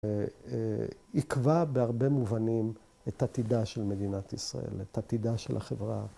עיכבה בהרבה מובנים את עתידה של מדינת ישראל, את עתידה של החברה.